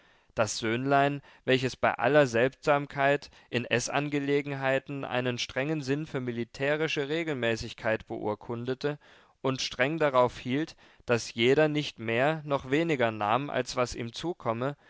das söhnlein welches bei aller seltsamkeit in eßangelegenheiten einen strengen sinn für militärische regelmäßigkeit beurkundete und streng daraufhielt daß jeder nicht mehr noch weniger nahm als was ihm zukomme